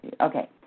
Okay